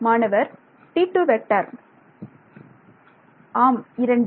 மாணவர் ஆம் இரண்டு